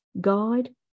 guide